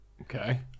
Okay